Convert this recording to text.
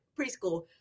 preschool